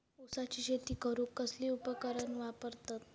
ऊसाची शेती करूक कसली उपकरणा वापरतत?